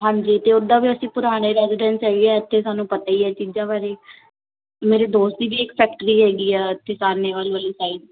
ਹਾਂਜੀ ਅਤੇ ਉੱਦਾਂ ਵੀ ਅਸੀਂ ਪੁਰਾਣੇ ਰੈਜੀਡੈਂਸ ਹੈਗੇ ਹਾਂ ਇੱਥੇ ਸਾਨੂੰ ਪਤਾ ਹੀ ਆ ਚੀਜ਼ਾਂ ਬਾਰੇ ਮੇਰੇ ਦੋਸਤ ਦੀ ਵੀ ਇੱਕ ਫੈਕਟਰੀ ਹੈਗੀ ਆ ਇੱਥੇ ਸਾਹਨੇਵਾਲ ਵਾਲੀ ਸਾਈਡ